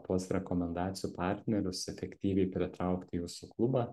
tuos rekomendacijų partnerius efektyviai pritraukti į jūsų klubą